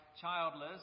childless